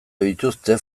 dituzte